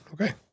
okay